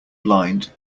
blind